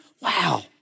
wow